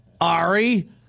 Ari